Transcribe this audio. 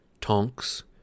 Tonks